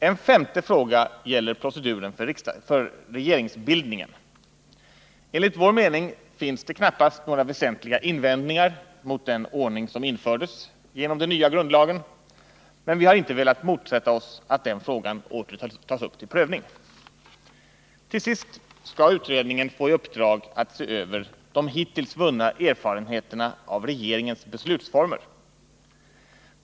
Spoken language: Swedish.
En femte fråga gäller proceduren för regeringsbildningen. Enligt vår mening finns det knappast några väsentliga invändningar mot den ordning som infördes genom den nya grundlagen, men vi har inte velat motsätta oss att den frågan åter tas upp till'prövning. Till sist skall utredningen få i uppdrag att se över de hittills vunna erfarenheterna av regeringens beslutsformer.